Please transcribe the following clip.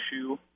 issue